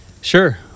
Sure